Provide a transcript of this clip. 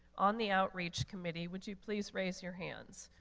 on the outreach committee, would you please raise your hands.